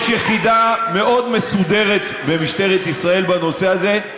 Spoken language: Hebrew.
יש יחידה מאוד מסודרת במשטרת ישראל בנושא הזה.